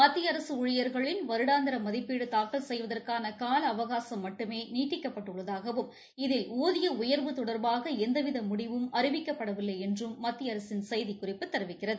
மத்திய அரசு ஊழியர்களின் வருடாந்திர மதிப்பீடு தாக்கல் செய்வதற்கான கால அவகாசம் மட்டுமே நீட்டிக்கப்பட்டுள்ளதாகவும் இதில் ஊதிய உயர்வு தொடர்பாக எந்தவித மூடிவும் அறிவிக்கப்படவில்லை என்று மத்திய அரசின் செய்திக்குறிப்பு தெரிவிக்கிறது